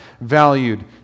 valued